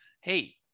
hey